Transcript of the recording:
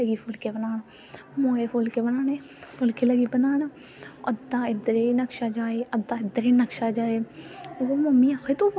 लेकिन बंदे नै एह् ट्राई जरूर करदियां रौह्ना चाही दियां चीज़ां ते ना ना की इन्ना एक्सपीरियंस मिली जंदा ऐ इंदे कोला